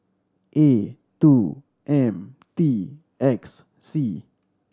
A two M T X C